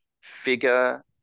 figure